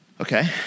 Okay